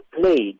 played